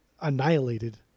annihilated